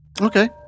Okay